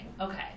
Okay